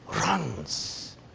runs